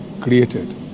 created